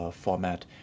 format